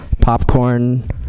Popcorn